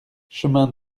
chemin